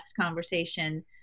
conversation